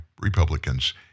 Republicans